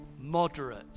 moderate